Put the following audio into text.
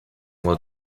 while